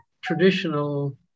traditional